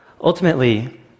Ultimately